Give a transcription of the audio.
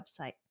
website